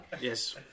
Yes